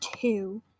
two